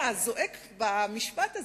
הזועק במשפט הזה?